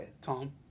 Tom